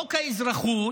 בחוק האזרחות